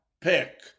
pick